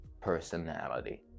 personality